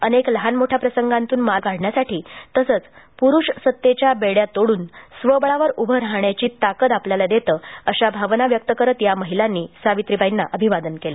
अनेक लहानमोठ्या प्रसंगांतून मार्ग काढण्यासाठी तसंच प्रुषसत्तेच्या बेड्या तोडून स्वबळावर उभं राहण्याची आपल्याला ताकद देतं अशा भावना व्यक्त करत या महिलांनी सावित्रीबाईंना अभिवादन केलं